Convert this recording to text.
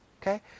okay